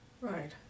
Right